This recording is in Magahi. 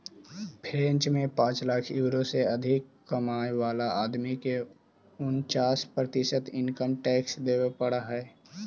फ्रेंच में पाँच लाख यूरो से अधिक कमाय वाला आदमी के उन्चास प्रतिशत इनकम टैक्स देवे पड़ऽ हई